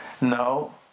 No